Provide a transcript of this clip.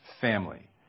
family